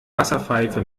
wasserpfeife